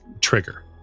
trigger